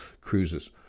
cruises